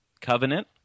Covenant